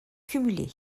cumulé